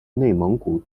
内蒙古